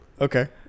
Okay